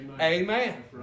Amen